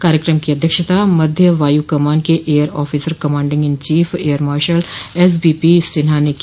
कार्यक्रम की अध्यक्षता मध्य वायू कमान के air officer commanding in chief air marshal SBP Sinha ने की